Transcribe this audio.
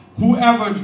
whoever